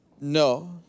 no